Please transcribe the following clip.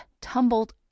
tumbled